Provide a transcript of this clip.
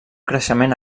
creixement